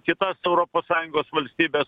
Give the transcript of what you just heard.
kitas europos sąjungos valstybes